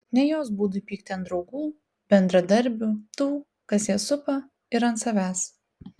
ne jos būdui pykti ant draugų bendradarbių tų kas ją supa ir ant savęs